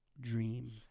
dream